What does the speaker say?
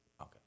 Okay